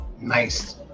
nice